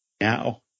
now